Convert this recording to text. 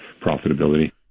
profitability